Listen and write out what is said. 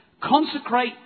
Consecrate